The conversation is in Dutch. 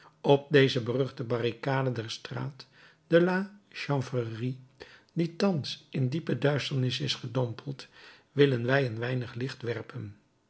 op deze beruchte barricade der straat de la chanvrerie die thans in diepe duisternis is gedompeld willen wij een weinig licht werpen